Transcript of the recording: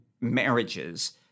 marriages